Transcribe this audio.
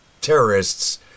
terrorists